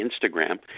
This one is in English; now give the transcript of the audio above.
Instagram